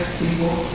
people